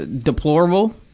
ah deplorable.